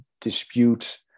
dispute